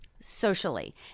socially